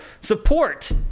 support